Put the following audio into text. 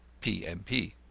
p m p.